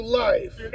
life